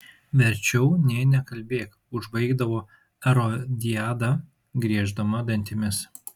verčiau nė nekalbėk užbaigdavo erodiada grieždama dantimis